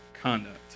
conduct